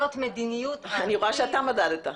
אני רואה שאתה מדדת.